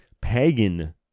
pagan